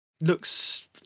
looks